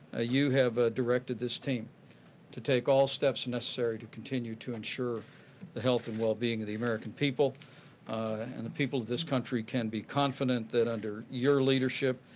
you have ah directed this team to take all steps necessary to continue to ensure the health and well being of the american people and the people of this country can be confident that under your leadership,